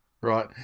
right